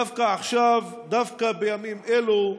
דווקא עכשיו, דווקא בימים אלו,